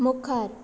मुखार